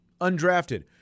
undrafted